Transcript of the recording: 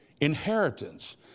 inheritance